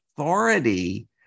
Authority